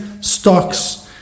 stocks